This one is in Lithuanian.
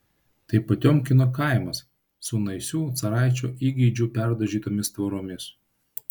tai potiomkino kaimas su naisių caraičio įgeidžiu perdažytomis tvoromis